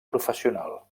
professional